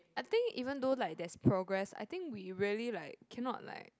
I think even though like there's progress I think we really like cannot like